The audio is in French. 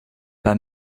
pas